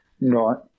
Right